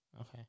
Okay